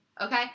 Okay